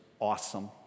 awesome